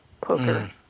poker